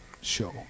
show